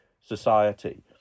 society